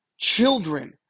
children